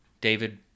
David